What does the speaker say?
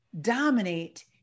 dominate